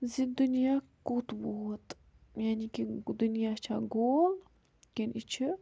زِ دُنیا کوٚت ووت یعنی کہِ دُنیا چھا گول کِنہٕ یہِ چھُ